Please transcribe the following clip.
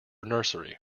nursery